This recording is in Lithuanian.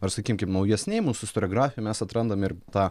ar sakykim kaip naujesnėj mūsų istoriografijoj mes atrandam ir tą